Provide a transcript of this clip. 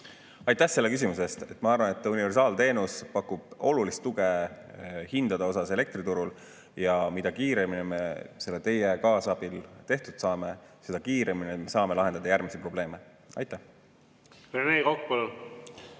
Aitäh selle küsimuse eest! Ma arvan, et universaalteenus pakub olulist tuge hindade suhtes elektriturul. Mida kiiremini me selle teie kaasabil tehtud saame, seda kiiremini me saame hakata lahendama järgmisi probleeme. Aitäh